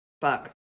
Fuck